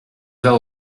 vas